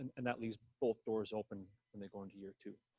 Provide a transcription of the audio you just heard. and and that leaves both doors open, and they go into year two.